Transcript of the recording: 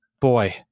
boy